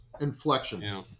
inflection